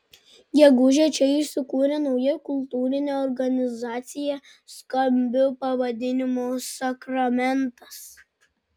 gegužę čia įsikūrė nauja kultūrinė organizacija skambiu pavadinimu sakramentas